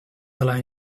align